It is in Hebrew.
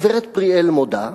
הגברת פריאל מודה,